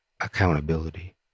accountability